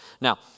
Now